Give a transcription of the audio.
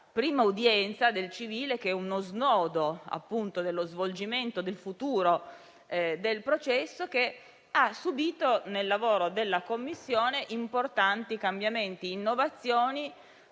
prima udienza del civile, che è uno snodo dello svolgimento del futuro del processo e che, nel lavoro della Commissione, ha subito importanti cambiamenti e innovazioni.